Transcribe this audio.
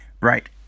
Right